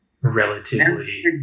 relatively